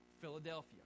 Philadelphia